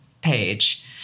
page